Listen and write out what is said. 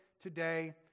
today